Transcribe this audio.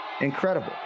Incredible